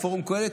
לפורום קהלת,